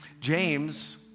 James